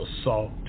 assault